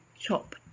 chop